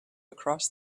across